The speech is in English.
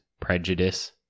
prejudice